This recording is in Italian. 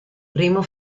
primo